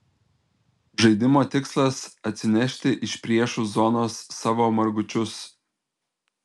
žaidimo tikslas atsinešti iš priešų zonos savo margučius